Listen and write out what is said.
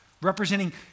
Representing